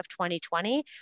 2020